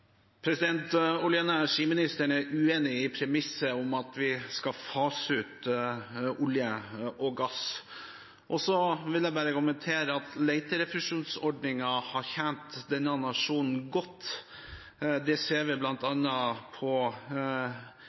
Olje- og energiministeren er uenig i premisset om at vi skal fase ut olje og gass. Så vil jeg bare kommentere at leterefusjonsordningen har tjent denne nasjonen godt. Det ser vi bl.a. på oljefondet vårt, og ikke minst ser vi det i dag på